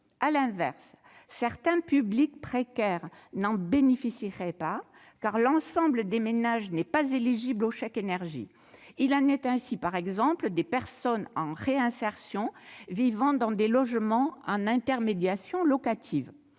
À l'inverse, certains publics précaires n'en bénéficieraient pas, car l'ensemble des ménages n'est pas éligible au chèque énergie. Il en est ainsi des personnes en réinsertion vivant dans des logements en intermédiation locative.